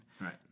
Right